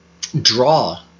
draw